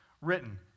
written